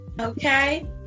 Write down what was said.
Okay